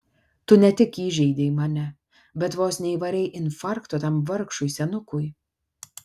tu ne tik įžeidei mane bet vos neįvarei infarkto tam vargšui senukui